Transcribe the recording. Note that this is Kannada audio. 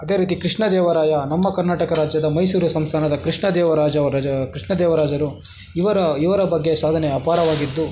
ಅದೇ ರೀತಿ ಕೃಷ್ಣ ದೇವರಾಯ ನಮ್ಮ ಕರ್ನಾಟಕ ರಾಜ್ಯದ ಮೈಸೂರು ಸಂಸ್ಥಾನದ ಕೃಷ್ಣ ದೇವರಾಜ ರಾಜಾ ಕೃಷ್ಣ ದೇವರಾಜರು ಇವರ ಇವರ ಬಗ್ಗೆ ಸಾಧನೆ ಅಪಾರವಾಗಿದ್ದು